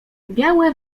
białe